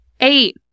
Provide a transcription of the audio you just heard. Eight